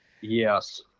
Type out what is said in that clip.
yes